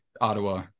Ottawa